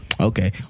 Okay